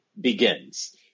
begins